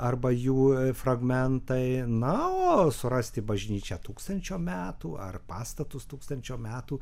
arba jų fragmentai na o surasti bažnyčią tūkstančio metų ar pastatus tūkstančio metų